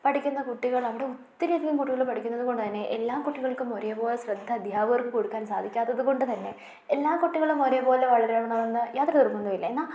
പഠിക്കുന്ന കുട്ടികൾ അവിടെ ഒത്തിരിയധികം കുട്ടികൾ പഠിക്കുന്നത് കൊണ്ട് തന്നെ എല്ലാ കുട്ടികൾക്കും ഒരേപോലെ ശ്രദ്ധ അധ്യാപകർക്ക് കൊടുക്കാൻ സാധിക്കാത്തത് കൊണ്ട് തന്നെ എല്ലാ കുട്ടികളും ഒരേപോലെ വളരണമന്ന് യാതൊരു നിർബന്ധവുമില്ല എന്നാൽ